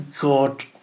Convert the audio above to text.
God